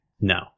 No